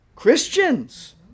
Christians